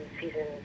season